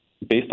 Based